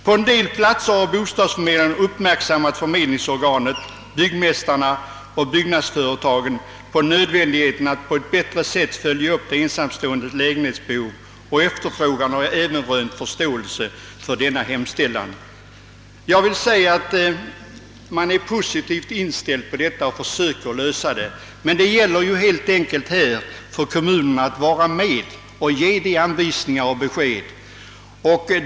På en del platser har bostadsförmedlingarna gjort förmedlingsorganen, fastighetsnämnderna, etc., byggmästarna och byggnadsföretagen uppmärksamma på nödvändigheten att på ett bättre sätt följa upp de ensamståendes lägenhetsbehov och efterfrågan, och man har även rönt förståelse för denna hemställan. Men även om det finns en sådan positiv inställning till problemet, så måste kommunerna själva få vara med och ge anvisningar och besked.